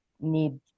need